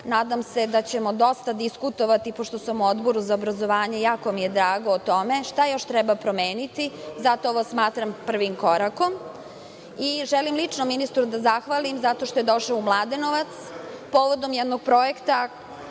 Nadam se da ćemo dosta diskutovati, pošto sam u Odboru za obrazovanje, jako mi je drago zbog toga, šta još treba promeniti. Zato ovo smatram prvim korakom. Želim lično ministru da zahvalim zato što je došao u Mladenovac povodom jednog projekta